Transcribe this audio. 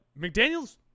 McDaniels